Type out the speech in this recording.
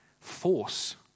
force